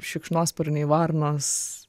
šikšnosparniai varnos